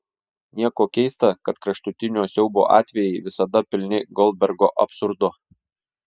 nieko keista kad kraštutinio siaubo atvejai visada pilni goldbergo absurdo